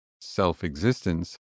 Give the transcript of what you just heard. self-existence